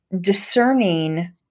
discerning